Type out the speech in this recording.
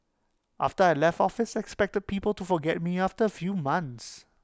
after I left office I expected people to forget me after A few months